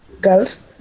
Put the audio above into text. girls